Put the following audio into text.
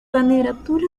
candidatura